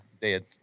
dead